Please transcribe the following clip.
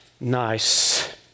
nice